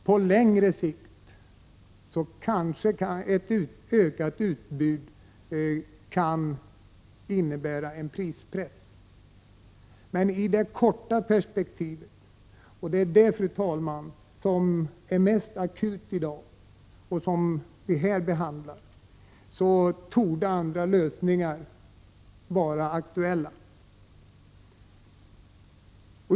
På längre sikt skulle ett ökat utbud av sådana bostäder kanske kunna innebära en prispress. Men i ett kortare perspektiv — och det är de akuta problemen, fru talman, som vi nu måste behandla — torde andra lösningar vara aktuella.